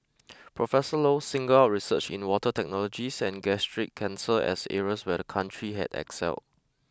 Professor Low singled out research in water technologies and gastric cancer as areas where the country had excelled